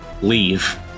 leave